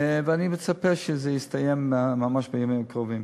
ואני מצפה שזה יסתיים ממש בימים הקרובים.